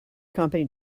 company